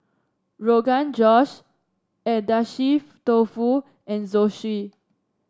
Rogan Josh Agedashi Dofu and Zosui